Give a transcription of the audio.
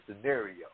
scenario